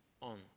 on